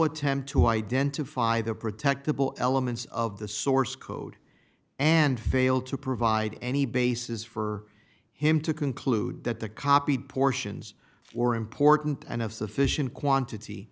attempt to identify the protectable elements of the source code and failed to provide any basis for him to conclude that the copy portions for important and of sufficient quantity